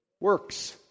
works